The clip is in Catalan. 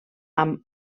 amb